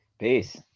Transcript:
Peace